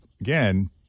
again